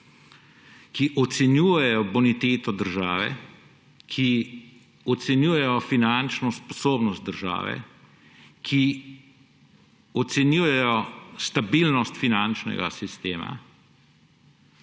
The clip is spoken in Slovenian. ki ocenjujejo boniteto države, ki ocenjujejo finančno sposobnost države, ki ocenjujejo stabilnost finančnega sistema.